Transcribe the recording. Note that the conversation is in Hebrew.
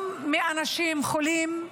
גם מאנשים חולים,